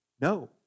No